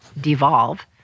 devolve